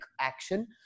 action